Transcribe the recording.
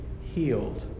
healed